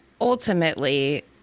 ultimately